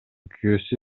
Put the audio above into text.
күйөөсү